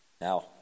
Now